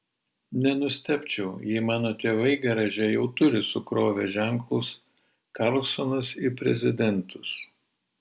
nenustebčiau jei mano tėvai garaže jau turi sukrovę ženklus karlsonas į prezidentus